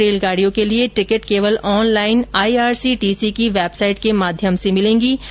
इन रेलगाडियों के लिए टिकट केवल ऑनलाइन आईआरसीटीसी की वेबसाइट के माध्यम से मिलेगी